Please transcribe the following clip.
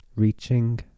Reaching